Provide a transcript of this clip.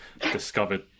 discovered